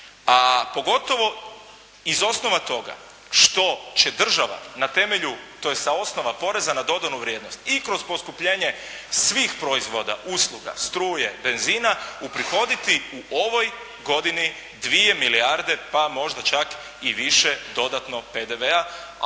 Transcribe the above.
A pogotovo iz osnova toga što će država na temelju, tj. sa osnova poreza na dodanu vrijednost i kroz poskupljenje svih proizvoda usluga, struje, benzina uprihoditi u ovoj godini 2 milijarde, pa možda čak i više dodatno PDV-a,